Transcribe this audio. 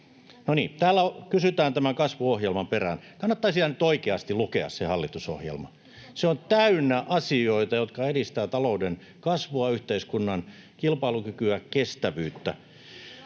täällä kysytään tämän kasvuohjelman perään. Kannattaisi nyt ihan oikeasti lukea se hallitusohjelma. Se on täynnä asioita, jotka edistävät talouden kasvua, yhteiskunnan kilpailukykyä, kestävyyttä: